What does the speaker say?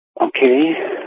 Okay